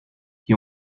qui